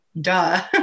duh